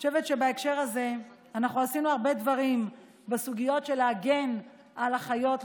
אני חושבת שבהקשר הזה אנחנו עשינו הרבה דברים בסוגיות הגנה על החיות,